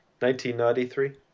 1993